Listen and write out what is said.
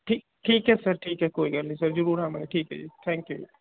ਠੀਕ ਠੀਕ ਹੈ ਸਰ ਠੀਕ ਹੈ ਕੋਈ ਗੱਲ ਨਹੀਂ ਸਰ ਜ਼ਰੂਰ ਆਵਾਂਗੇ ਠੀਕ ਹੈ ਜੀ ਥੈਂਕਯੂ ਜੀ